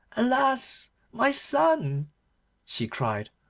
alas! my son she cried,